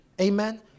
Amen